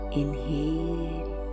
inhale